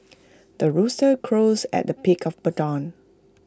the rooster crows at the of dawn